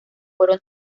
fueron